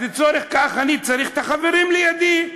אז לצורך זה אני צריך את החברים לידי,